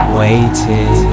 waiting